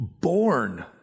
born